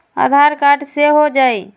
आधार card से हो जाइ?